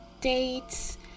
dates